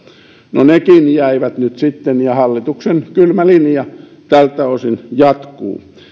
no nekin jäivät nyt sitten ja hallituksen kylmä linja tältä osin jatkuu